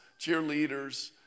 cheerleaders